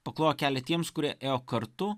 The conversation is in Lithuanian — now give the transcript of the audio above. paklojo kelią tiems kurie ėjo kartu